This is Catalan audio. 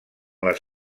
les